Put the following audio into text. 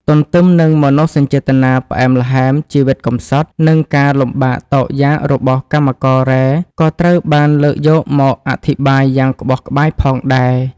ទន្ទឹមនឹងមនោសញ្ចេតនាផ្អែមល្ហែម ជីវិតកំសត់ និងការលំបាកតោកយ៉ាករបស់កម្មកររ៉ែក៏ត្រូវបានលើកយកមកអធិប្បាយយ៉ាងក្បោះក្បាយផងដែរ។